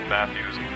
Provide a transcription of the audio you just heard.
Matthews